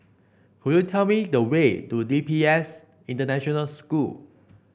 could you tell me the way to D P S International School